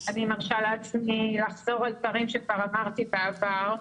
אני מרשה לעצמי לחזור על דברים שכבר אמרתי בעבר.